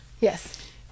yes